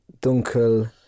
dunkel